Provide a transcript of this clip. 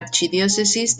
arquidiócesis